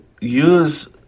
use